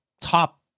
top